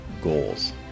goals